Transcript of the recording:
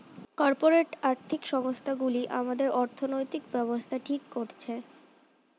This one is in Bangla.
কর্পোরেট আর্থিক সংস্থান গুলি আমাদের অর্থনৈতিক ব্যাবস্থা ঠিক করছে